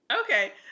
Okay